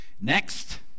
Next